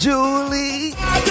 Julie